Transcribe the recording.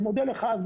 זה מודל אחד,